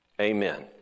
amen